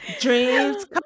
Dreams